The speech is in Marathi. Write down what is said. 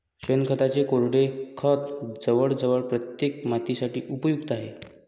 शेणखताचे कोरडे खत जवळजवळ प्रत्येक मातीसाठी उपयुक्त आहे